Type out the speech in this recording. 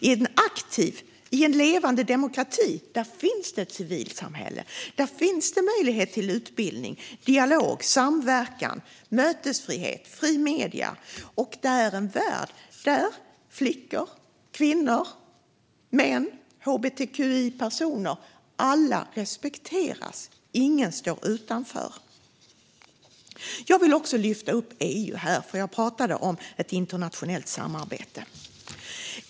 I en aktiv, levande demokrati finns det ett civilsamhälle. Där finns möjlighet till utbildning, dialog och samverkan, och där finns mötesfrihet och fria medier. Det är en värld där alla - flickor, kvinnor, män och hbtqi-personer - respekteras och ingen står utanför. Jag vill också lyfta upp EU här, för jag talade om internationellt samarbete.